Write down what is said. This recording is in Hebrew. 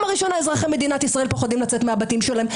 הראשונה אזרחי מדינת ישראל פוחדים לצאת מהבתים שלהם,